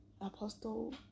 apostle